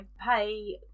pay